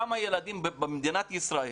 כמה ילדים במדינת ישראל